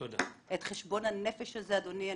את חשבון הנפש הזה אדוני,